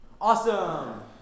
Awesome